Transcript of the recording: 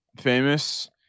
famous